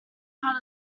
part